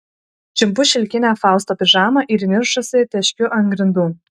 čiumpu šilkinę fausto pižamą ir įniršusi teškiu ant grindų